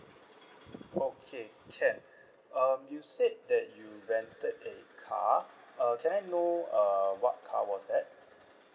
okay can um you said that you rented a car uh can I know err what car was that